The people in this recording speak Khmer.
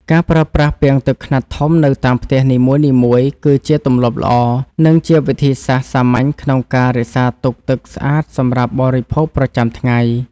ការប្រើប្រាស់ពាងទឹកខ្នាតធំនៅតាមផ្ទះនីមួយៗគឺជាទម្លាប់ល្អ និងជាវិធីសាស្ត្រសាមញ្ញក្នុងការរក្សាទុកទឹកស្អាតសម្រាប់បរិភោគប្រចាំថ្ងៃ។